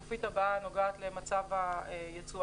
השקף הבא מתייחס למצב היצואנים